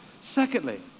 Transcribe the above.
Secondly